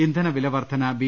ഇന്ധന വില വർദ്ധന ബി